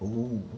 oh